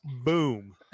Boom